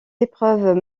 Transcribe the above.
épreuves